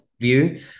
view